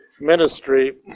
ministry